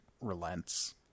relents